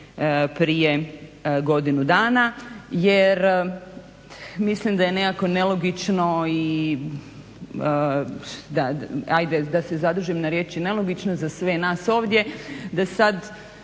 prije godinu dana. Jer mislim da je nekako nelogično i ajde da se zadržim na riječi nelogično za sve nas ovdje da sad